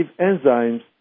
enzymes